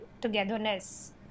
togetherness